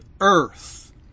earth